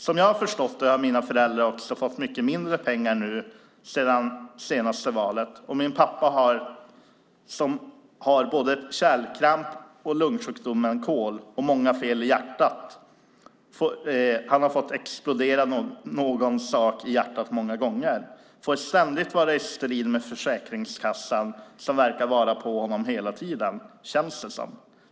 Som jag har förstått det har mina föräldrar också fått mycket mindre pengar nu sedan det senaste valet, och min pappa som har både kärlkramp, lungsjukdomen KOL och många fel i hjärtat - han har fått explodera någon sak i hjärtat många gånger - får ständigt vara i strid med Försäkringskassan som verkar vara på honom hela tiden, känns det som.